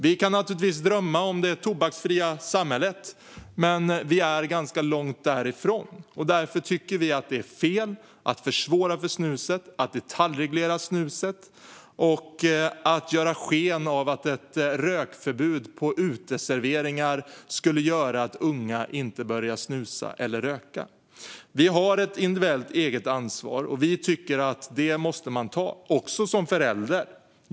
Vi kan naturligtvis drömma om det tobaksfria samhället, men vi är ganska långt därifrån. Därför tycker vi att det är fel att försvåra för snuset, att detaljreglera snuset och att ge sken av att ett rökförbud på uteserveringar skulle göra att unga inte börjar snusa eller röka. Vi har ett individuellt ansvar. Vi tycker att man måste ta det, också som förälder.